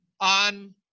on